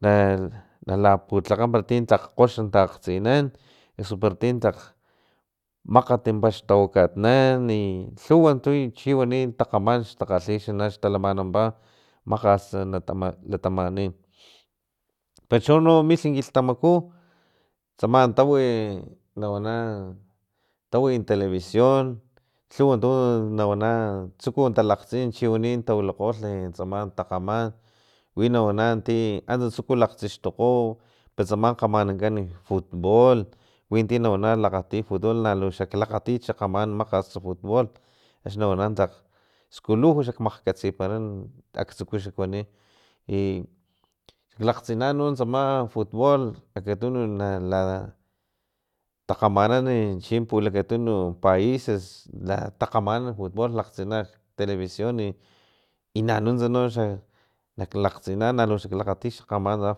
La laputlakga para ti tlak kgox takgtsinan eso para ti tlak makgat paxtawakatnan i lhuwa tu chiwani takgaman xtakgalhi xtalamananpa makgaslh latama latamnin pechono milh kilhtamaku tsama tawi nawana tawi televicion lhuwa tu nawana tsuku talakgtsin chiwani tawilakgolh tsama takgaman wina wana ti antsas tsuku lakgtisxtokgo pastama kgamanankgokan fut bool winti na wana lakgati futbool na lu xaklakgati kgamanan makgas futbool axni na wana skuluj xakmakgkatsipara aktsuku xa kuani i xaklakgtsina utsama futbool akatuno na takgamanan chi pulakatun paises takgamanan futbool lakgtsina ktelevicion i nanunts xak lakgtsina nalu xaklakgati kgamanan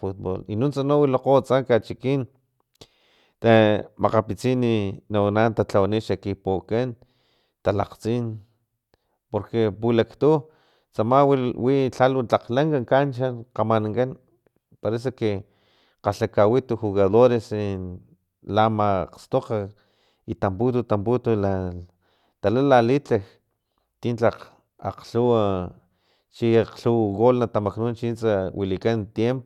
futbool i nuntsa no wilakgo atsa nak kachikin ta makgapitsin nawana talhawani xekipokan talakgtsin porque pulaktu tsama wi lha lu tlak lanka cancha kgamanankan parece que kgalhakgawito jugadores en lalastkg i tamputo tamputo nintsa tala lalitlaj ti tlakg akglhuwa chi akglhuw gool na tamaknu chintsa wilikan tiempo